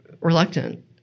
reluctant